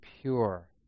pure